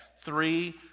Three